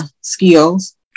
skills